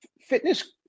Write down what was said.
fitness